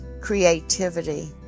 creativity